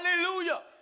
Hallelujah